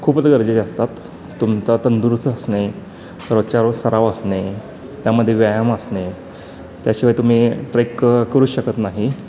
खूपच गरजेच्या असतात तुमचा तंदुरुस्त असणे रोजच्या रोज सराव असणे त्यामध्ये व्यायाम असणे त्याशिवाय तुम्ही ट्रेक करू शकत नाही